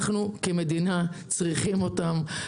אנחנו כמדינה צריכים אותם,